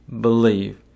believe